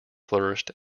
flourished